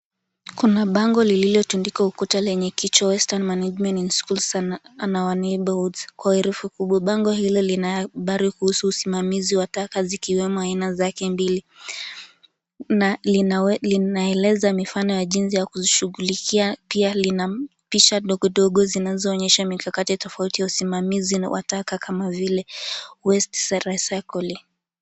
Kuna bango lililotundikwa kwa ukuta lenye kichwa Waste management in schools and our neighbourhoods kwa herufi kubwa. Bango hilo lina habari kuhusu usimamizi wa taka yakiwemo aina zake mbili na linaeleza mifano ya jinsi ya kushughulikia. Pia lina picha dogodogo zinazoonyesha mikakati tofauti ya usimamizi wa taka kama vile waste recycling .